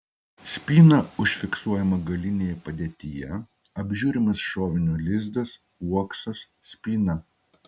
spyna užfiksuojama galinėje padėtyje apžiūrimas šovinio lizdas uoksas spyna